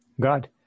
God